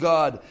God